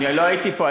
אני לא הייתי פה.